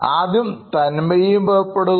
ആദ്യം തന്മയിപ്പെടുക